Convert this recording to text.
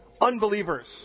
unbelievers